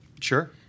Sure